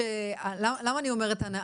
למה אני אומרת הנאה?